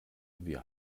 wir